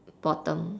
bottom